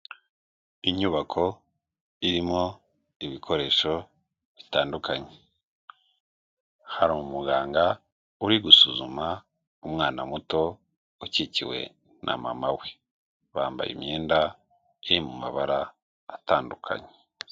Inyubako irimo ibikoresho bitandukanye, hari umuganga uri gusuzuma umwana muto ukikiwe na mama we, bambaye imyenda iri mabara atandukanye.